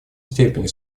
степени